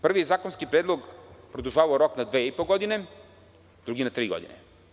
Prvi zakonski predlog je produžavao rok na dve i po godine, drugi na tri godine.